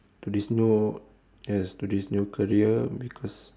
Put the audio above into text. to this new yes to this new career because